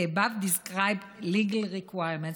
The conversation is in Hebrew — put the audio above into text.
above described legal requirements,